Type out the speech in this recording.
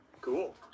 Cool